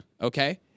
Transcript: Okay